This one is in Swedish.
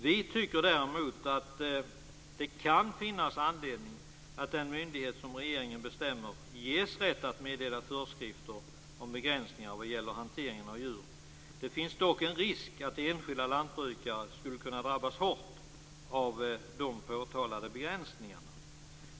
Vi tycker däremot att det kan finnas anledning att den myndighet som regeringen bestämmer ges rätt att meddela föreskrifter om begränsningar vad gäller hanteringen av djur. Det finns dock en risk att enskilda lantbrukare skulle kunna drabbas hårt av de påtalade begränsningarna.